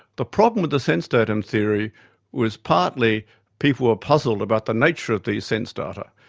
the problem with the sense datum theory was partly people were puzzled about the nature of the sense data.